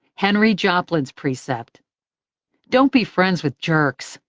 henry joplin's precept don't be friends with jerks.